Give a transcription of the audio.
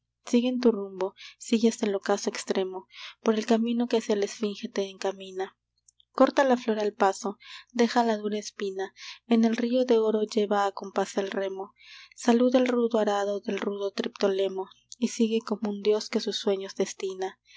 en tu rumbo sigue hasta el ocaso extremo por el camino que hacia la esfinge te encamina corta la flor al paso deja la dura espina en el río de oro lleva a compás el remo saluda el rudo arado del rudo triptolemo y sigue como un dios que sus sueños destina